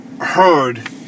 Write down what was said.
heard